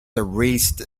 erased